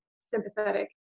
sympathetic